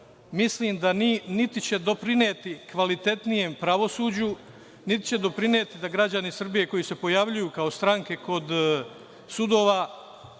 mislim da niti će doprineti kvalitetnije pravosuđu niti će doprineti da građani Srbije koji se pojavljuju kao stranke kod sudova